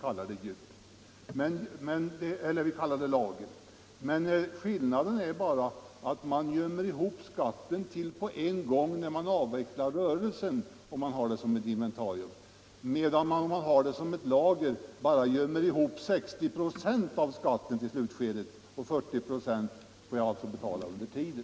Skillnaden är bara att om man betraktar djuren som inventarier samlar man ihop all skatt till den dag då man avvecklar rörelsen, medan man bara samlar ihop 60 2 av skatten till slutskedet om man betraktar djuren som lager. Resterande 40 926 får man betala under tiden.